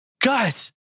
guys